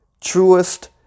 truest